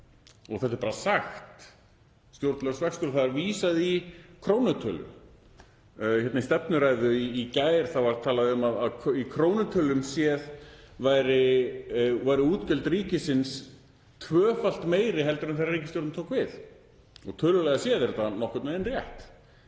— þetta er bara sagt, stjórnlaus vöxtur og það er vísað í krónutölu. Í umræðum um stefnuræðu í gær var talað um að í krónutölum væru útgjöld ríkisins tvöfalt meiri heldur en þegar ríkisstjórnin tók við og tölulega séð er þetta nokkurn veginn rétt.